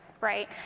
right